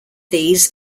these